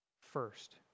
first